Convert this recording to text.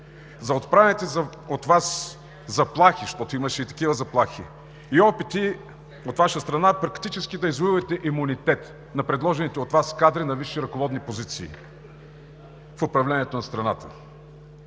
за отправените от Вас заплахи, защото имаше и такива заплахи; и опити от Ваша страна практически да извоювате имунитет на предложените от Вас кадри на висши, ръководни позиции в управлението на страната